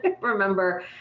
remember